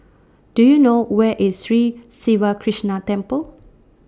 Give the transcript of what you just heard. Do YOU know Where IS Sri Siva Krishna Temple